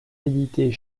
édités